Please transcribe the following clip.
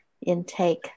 intake